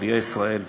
ערביי ישראל ועוד.